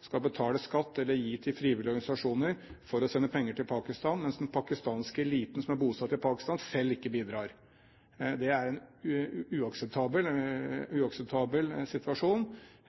skal betale skatt eller gi til frivillige organisasjoner for å sende penger til Pakistan, mens den pakistanske eliten som er bosatt i Pakistan, selv ikke bidrar. Det er en uakseptabel situasjon,